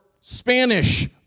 Spanish